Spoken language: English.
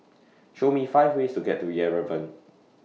Show Me five ways to get to Yerevan